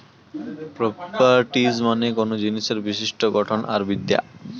properties মানে কোনো জিনিসের বিশিষ্ট গঠন আর বিদ্যা